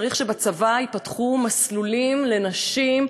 צריך שבצבא ייפתחו מסלולים לנשים,